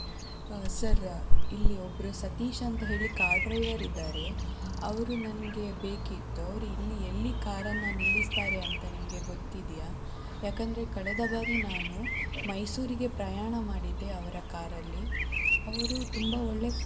sir ಇಲ್ಲಿ ಒಬ್ಬರು ಸತೀಶ್ ಅಂತ ಹೇಳಿ ಕಾರ್ ಡ್ರೈವರ್ ಇದ್ದಾರೆ ಅವರು ನನಗೆ ಬೇಕಿತ್ತು ಅವರು ಇಲ್ಲಿ ಎಲ್ಲಿ ಕಾರನ್ನು ನಿಲ್ಲಿಸ್ತಾರೆ ಅಂತ ನಿಮಗೆ ಗೊತ್ತಿದೆಯಾ ಯಾಕೆಂದರೆ ಕಳೆದ ಬಾರಿ ನಾನು ಮೈಸೂರಿಗೆ ಪ್ರಯಾಣ ಮಾಡಿದೆ ಅವರ ಕಾರಲ್ಲಿ ಅವರು ತುಂಬ ಒಳ್ಳೆ